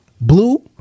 blue